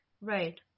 Right